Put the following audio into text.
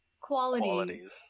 qualities